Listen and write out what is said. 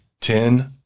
Ten